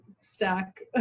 stack